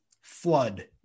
flood